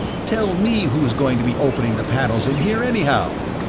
tell me who's going to be opening the panels in here anyhow?